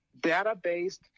data-based